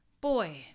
boy